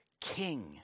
king